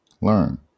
Learn